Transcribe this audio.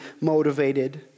motivated